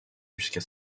jusqu’à